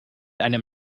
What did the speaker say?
einem